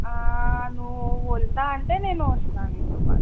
నువ్వు వెళ్తాను అంటే నేను వస్తాను నీతో పాటు